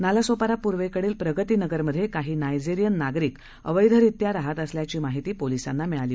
नालासोपारा पूर्वेकडील प्रगतीनगर मध्ये काही नायजेरियन नागरिक अवैधरित्या राहत असल्याची माहिती पोलीसांना मिळाली